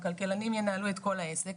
הכלכלנים ינהלו את כל העסק,